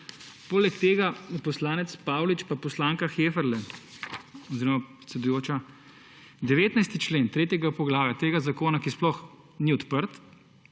Poleg tega poslanec Paulič pa poslanka Heferle oziroma predsedujoča. 19. člen tretjega poglavja tega zakona, ki sploh ni odprt,